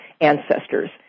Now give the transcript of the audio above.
ancestors